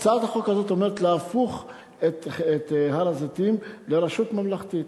הצעת החוק הזאת אומרת להפוך את הר-הזיתים לרשות ממלכתית.